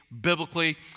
biblically